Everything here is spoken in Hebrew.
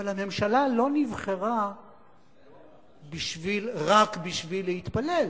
אבל הממשלה לא נבחרה רק בשביל להתפלל,